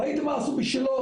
ראיתי מה עשו בשילה,